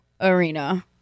Arena